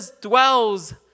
dwells